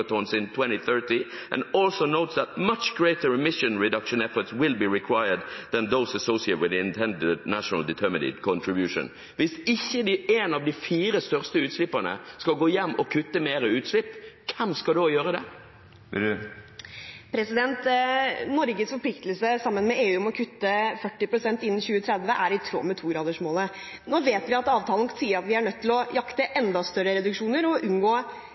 reduction efforts will be required than those associated with the intended nationally determined contributions Hvis ikke en av de fire største utslipperne skal gå hjem og kutte mer utslipp, hvem skal da gjøre det? Norges forpliktelse sammen med EU om å kutte 40 pst. innen 2030 er i tråd med 2-gradersmålet. Nå vet vi at avtalen sier at vi er nødt til å jakte enda større reduksjoner og